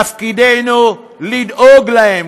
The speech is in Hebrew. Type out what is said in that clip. תפקידנו לדאוג להם.